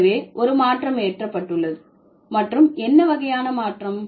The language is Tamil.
எனவே ஒரு மாற்றம் ஏற்பட்டுள்ளது மற்றும் என்ன வகையான மாற்றம்